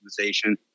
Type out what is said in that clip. optimization